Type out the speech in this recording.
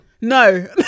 No